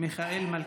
מיכאל מלכיאלי.